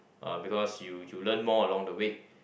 uh because you you learn more along the way